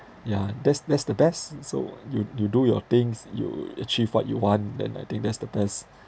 yeah that's that's the best so you you do your things you achieve what you want then I think that's the best